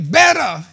better